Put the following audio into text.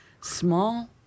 small